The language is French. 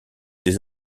des